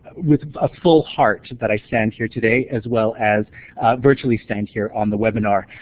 with a full heart that i stand here today, as well as virtually stand here on the webinar